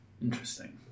Interesting